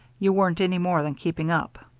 you weren't any more than keeping up.